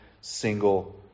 single